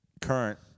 current